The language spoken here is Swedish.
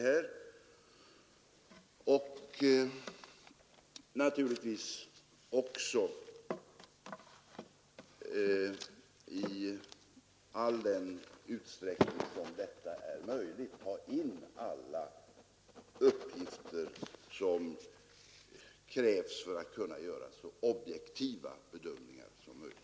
Man skall naturligtvis också i största möjliga utsträckning ta in alla uppgifter som krävs för så objektiva bedömningar som möjligt.